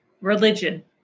religion